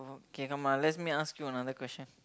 okay come lah let's me ask you another question